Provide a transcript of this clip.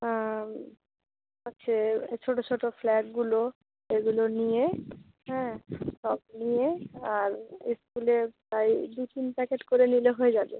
আর হচ্ছে এ ছোটো ছোটো ফ্ল্যাগগুলো এগুলো নিয়ে হ্যাঁ সব নিয়ে আর স্কুলের প্রায় দু তিন প্যাকেট করে নিলে হয়ে যাবে